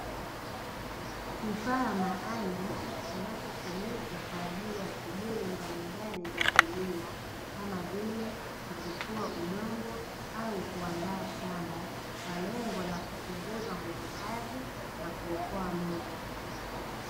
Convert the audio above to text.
Kifaa maalumu kinachotumika kwa ajili ya shughuli mbalimbali za kilimo, kama vile kutifua udongo, au kuandaa shamba kwa lengo la kupunguza nguvu kazi na kuokoa muda.